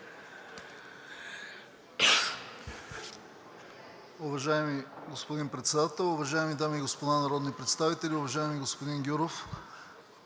Уважаеми господин Председател, уважаеми дами и господа народни представители! Уважаеми господин Гюров,